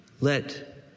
let